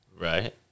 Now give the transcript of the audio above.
Right